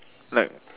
like